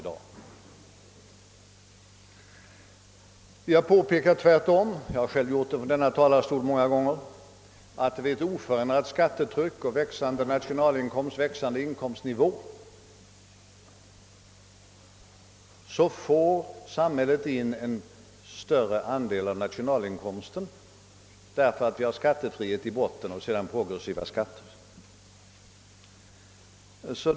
I stället för att spika fast detta har vi tvärtom sagt — jag har själv gjort det från denna talarstol många gånger — att samhället vid ett oförändrat skattetryck och med växande nationalinkomst och höjd inkomstnivå får in en större andel av nationalinkomsten, därför att vi har en viss skattefrihet i botten och progressiva skatter ovanpå.